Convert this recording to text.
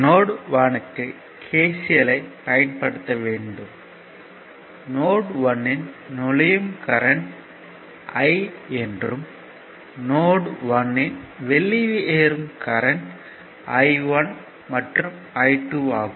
note 1 யின் நுழையும் current I என்றும் நோட் 1 யின் வெளிவரும் கரண்ட் I1 மற்றும் I2 ஆகும்